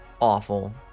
Awful